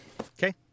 Okay